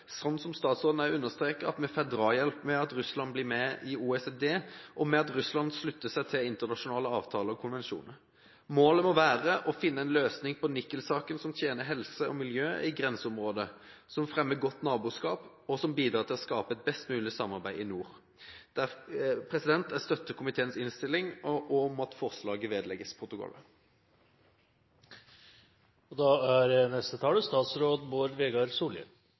som statsråden også understreket, at vi får drahjelp ved at Russland blir med i OECD, og ved at Russland slutter seg til internasjonale avtaler og konvensjoner. Målet må være å finne en løsning på nikkelsaken som tjener helse og miljø i grenseområdet, som fremmer godt naboskap, og som bidrar til å skape et best mulig samarbeid i nord. Jeg støtter komiteens innstilling om at forslaget vedlegges protokollen. Problemet med dei grenseoverskridande forureiningane frå nikkelproduksjonen på russisk side av grensa er